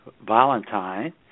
Valentine